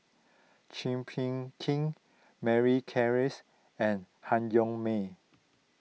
Chua Phung Kim Mary Klass and Han Yong May